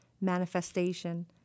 manifestation